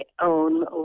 own